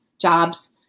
jobs